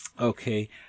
okay